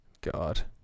God